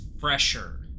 fresher